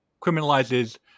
criminalizes